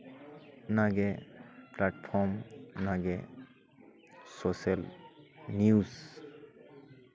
ᱚᱱᱟᱜᱮ ᱯᱞᱟᱴᱯᱷᱨᱚᱢ ᱚᱱᱟᱜᱮ social news